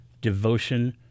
devotion